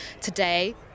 today